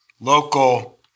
local